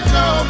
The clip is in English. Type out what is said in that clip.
no